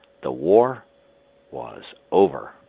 the war was over.